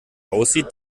aussieht